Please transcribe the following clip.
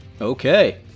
Okay